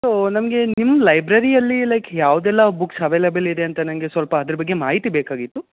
so ನನಗೆ ನಿಮ್ಮ ಲೈಬ್ರರಿಯಲ್ಲಿ ಲೈಕ್ ಯಾವುದೆಲ್ಲ ಬುಕ್ಸ್ ಅವೈಲಬಲ್ ಇದೆ ಅಂತ ನನಗೆ ಸ್ವಲ್ಪ ಅದ್ರ ಬಗ್ಗೆ ಮಾಹಿತಿ ಬೇಕಾಗಿತ್ತು